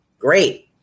Great